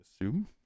assume